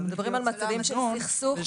אנחנו מדברים על מצבים של סכסוך.